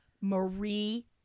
Marie